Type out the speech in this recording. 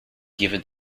given